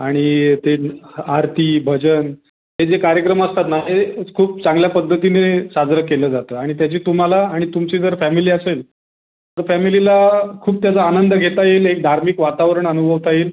आणि ते आरती भजन ते जे कार्यक्रम असतात ना ते खूप चांगल्या पद्धतीने साजरं केलं जातं आणि त्याची तुम्हाला आणि तुमची जर फॅमिली असेल तर फॅमिलीला खूप त्याचा आनंद घेता येईल एक धार्मिक वातावरण अनुभवता येईल